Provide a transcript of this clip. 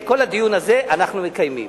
את כל הדיון הזה אנחנו מקיימים,